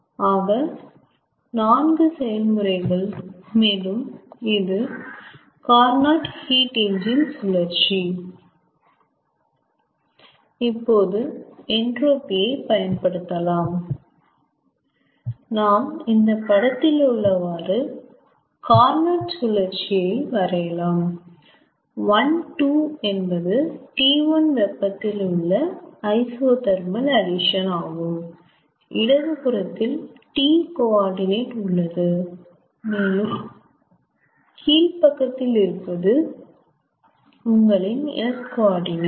ஆக 4 செயல்முறைகள் மேலும் இது கார்னோட் ஹீட் என்ஜின் சுழற்சி இப்போது என்ட்ரோபி ஐ பயன்படுத்தலாம் நாம் இந்த படத்தில் உள்ளவாறு கார்னோட் சுழற்சியை வரையலாம் 1 2 என்பது T1 வெப்பத்தில் உள்ள ஐசோதெர்மல் அட்டிஷன் ஆகும் இடதுபுறத்தில் T கோ ஆர்டினட் உள்ளது மேலும் கீழ்ப்பக்கத்தில் இருப்பது உங்களின் S கோ ஆர்டினட்